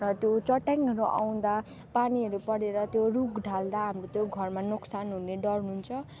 र त्यो चट्याङहरू आउँदा पानीहरू परेर त्यो रुख ढाल्दा हाम्रो त्यो घरमा नोकसान हुने डर हुन्छ